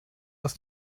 aus